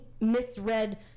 misread